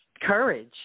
courage